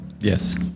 Yes